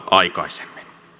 aikaisemmin